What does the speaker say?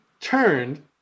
turned